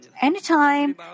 Anytime